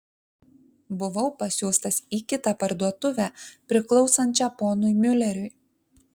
buvau pasiųstas į kitą parduotuvę priklausančią ponui miuleriui